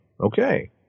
okay